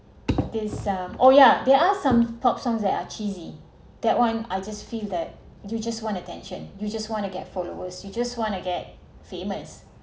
this um oh yeah there are some pop songs that are cheesy that one I just feel that you just want attention you just want to get followers you just want to get famous